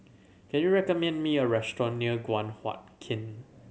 can you recommend me a restaurant near Guan Huat Kiln